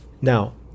Now